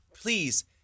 Please